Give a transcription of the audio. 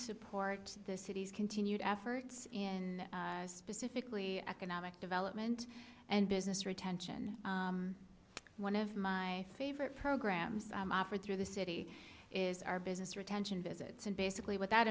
support the city's continued efforts in specifically economic development and business retention one of my favorite programs offered through the city is our business retention visits and basically what that